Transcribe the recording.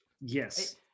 yes